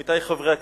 עמיתי חברי הכנסת,